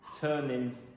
turning